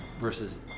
versus